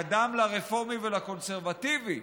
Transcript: נאמר, קדם לרפורמי ולקונסרבטיבי,